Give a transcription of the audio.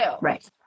Right